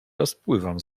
rozpływam